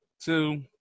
two